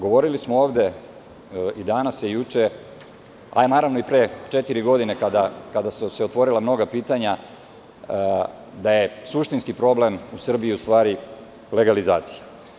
Govorili smo ovde i danas i juče, a naravno, i pre četiri godine, kada su se otvorila mnoga pitanja, da je suštinski problem u Srbiji, u stvari, legalizacija.